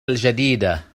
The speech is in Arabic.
الجديدة